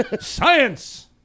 Science